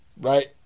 right